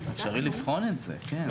אפשרי לבחון את זה, כן.